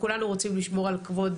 כולנו רוצים לשמור על כבוד